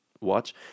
watch